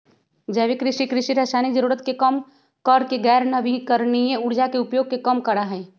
जैविक कृषि, कृषि रासायनिक जरूरत के कम करके गैर नवीकरणीय ऊर्जा के उपयोग के कम करा हई